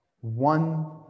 one